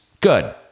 Good